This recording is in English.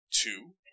two